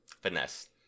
finesse